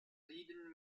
frieden